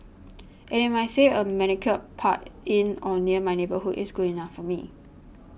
and they might say a manicured park in or near my neighbourhood is good enough for me